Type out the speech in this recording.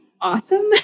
awesome